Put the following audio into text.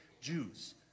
Jews